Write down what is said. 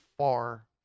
far